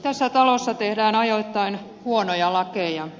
tässä talossa tehdään ajoittain huonoja lakeja